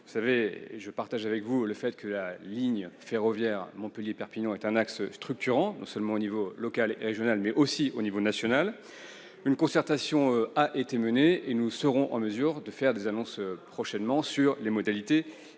en faveur du ferroviaire, j'en suis d'accord, la ligne ferroviaire Montpellier-Perpignan est un axe structurant non seulement aux plans local et régional, mais aussi à l'échelon national. Une concertation a été menée et nous serons en mesure de faire des annonces prochainement sur les modalités